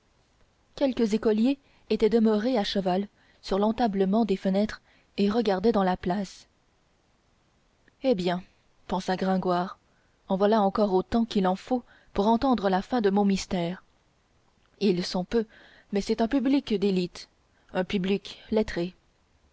quelques écoliers étaient demeurés à cheval sur l'entablement des fenêtres et regardaient dans la place eh bien pensa gringoire en voilà encore autant qu'il en faut pour entendre la fin de mon mystère ils sont peu mais c'est un public d'élite un public lettré